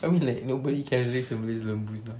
I mean like nobody care less somebody's lembu